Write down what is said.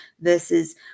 versus